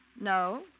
No